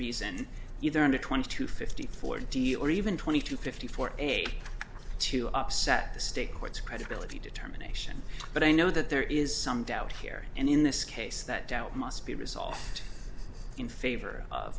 reason either on the twenty to fifty four d or even twenty two fifty four eight to upset the state courts credibility determination but i know that there is some doubt here and in this case that doubt must be resolved in favor of